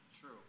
true